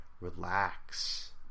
relax